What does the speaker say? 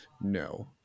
No